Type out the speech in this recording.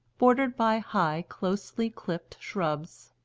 bordered by high closely clipped shrubs.